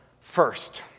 first